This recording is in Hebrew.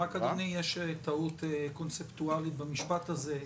אדוני, יש טעות קונספטואלית במשפט הזה.